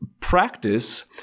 practice